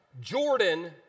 Jordan